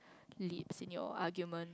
leads in your argument